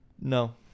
No